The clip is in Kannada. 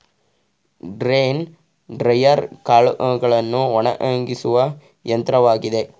ಗ್ರೇನ್ ಡ್ರೈಯರ್ ಕಾಳುಗಳನ್ನು ಒಣಗಿಸುವ ಯಂತ್ರವಾಗಿದೆ